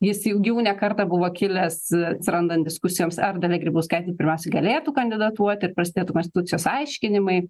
jis jau gi ne kartą buvo kilęs atsirandant diskusijoms ar dalia grybauskaitė pirmiausia galėtų kandidatuoti prasidėtų konstitucijos aiškinimai